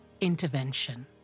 Intervention